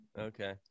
Okay